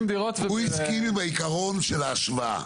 דירות --- הוא הסכים עם העקרון של ההשוואה.